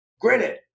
Granted